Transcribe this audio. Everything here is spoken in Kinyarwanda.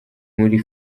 muri